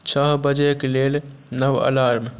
छह बजेके लेल नव अलार्म